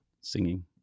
singing